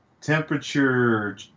temperature